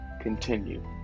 continue